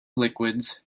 liquids